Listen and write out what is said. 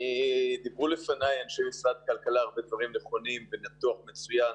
דיברו לפניי אנשי משרד הכלכלה הרבה דברים נכונים וניתוח מצוין,